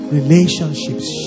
relationships